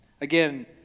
Again